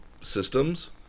systems